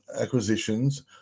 acquisitions